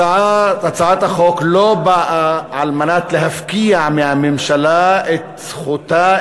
הצעת החוק לא באה להפקיע מהממשלה את זכותה,